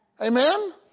Amen